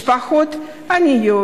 משפחות עניות